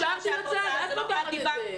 שמתי בצד, את פותחת הזה.